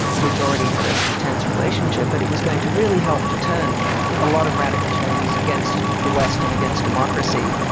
which already had ah a tense relationship, but it was going to really help to turn a lot of radical chinese against the west, and against democracy,